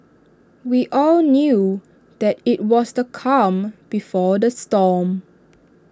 we all knew that IT was the calm before the storm